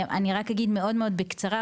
אני רק אגיד מאוד מאוד בקצרה.